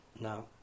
No